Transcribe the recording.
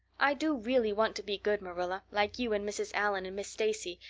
i do really want to be good, marilla, like you and mrs. allan and miss stacy,